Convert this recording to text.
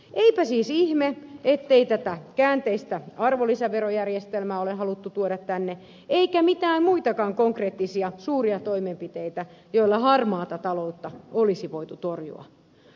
eipä siis ihme ettei tätä käänteistä arvonlisäverojärjestelmää ole haluttu tuoda tänne eikä mitään muitakaan konkreettisia suuria toimenpiteitä joilla harmaata taloutta olisi voitu torjua